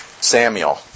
Samuel